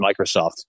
Microsoft